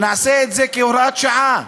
שנעשה את זה כהוראת שעה.